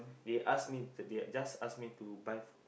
they ask to they just ask me to buy